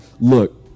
look